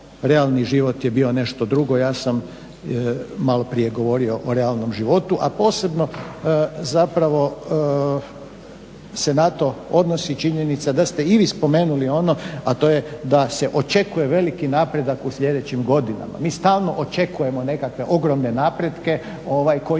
realni život je bio nešto drugo. Ja sam malo prije govorio o realnom životi, a posebno zapravo se na to odnosi činjenica da ste i vi spomenuli ono a to je da se očekuje veliki napredak u sljedećim godinama. Mi stalno očekujemo nekakve ogromne napretke koji